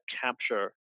capture